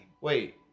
Wait